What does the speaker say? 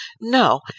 No